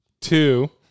Two